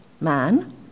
Man